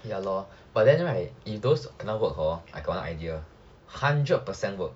ya lor but then right if those cannot work hor I got another idea hundred percent work